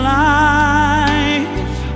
life